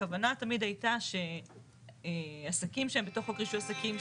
הכוונה תמיד הייתה שעסקים שהם בתוך חוק רישוי עסקים,